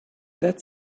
that